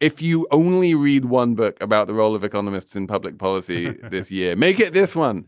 if you only read one book about the role of economists in public policy this year make it this one.